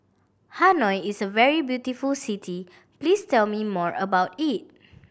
Hanoi is a very beautiful city please tell me more about it